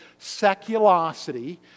Seculosity